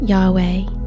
Yahweh